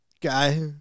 Guy